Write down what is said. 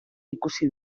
ikusi